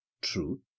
True